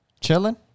Chilling